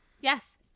Yes